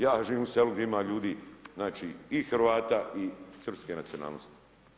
Ja živim u selu gdje ima ljudi i Hrvata i srpske nacionalnosti.